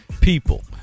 people